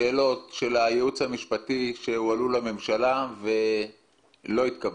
שאלות של הייעוץ המשפטי לממשלה שהועלו לממשלה ולא התקבלו?